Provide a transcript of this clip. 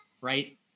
right